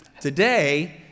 Today